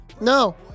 No